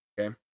okay